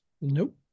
Nope